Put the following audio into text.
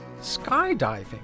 skydiving